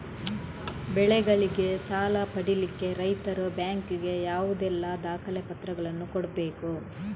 ಬೆಳೆಗಳಿಗೆ ಸಾಲ ಪಡಿಲಿಕ್ಕೆ ರೈತರು ಬ್ಯಾಂಕ್ ಗೆ ಯಾವುದೆಲ್ಲ ದಾಖಲೆಪತ್ರಗಳನ್ನು ಕೊಡ್ಬೇಕು?